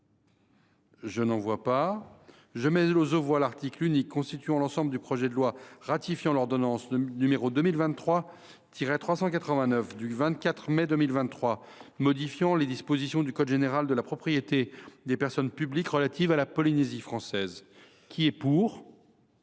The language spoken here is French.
le texte de la commission, l’article unique constituant l’ensemble du projet de loi ratifiant l’ordonnance n° 2023 389 du 24 mai 2023 modifiant les dispositions du code général de la propriété des personnes publiques relatives à la Polynésie française. Je rappelle